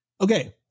okay